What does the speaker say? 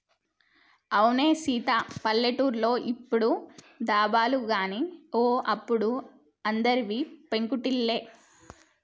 అవునే సీత పల్లెటూర్లో ఇప్పుడు దాబాలు గాని ఓ అప్పుడు అందరివి పెంకుటిల్లే